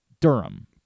Durham